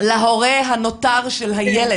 להורה הנותר של הילד,